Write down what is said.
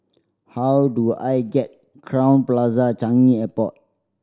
how do I get Crowne Plaza Changi Airport